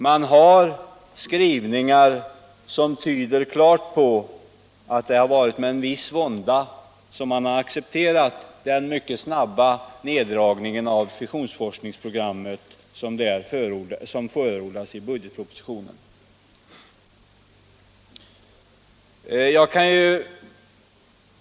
Utskottets skrivningar tyder klart på att man med viss vånda har accepterat den mycket snabba neddragning av fissionsforskningsprogrammet som förordas i budgetpropositionen.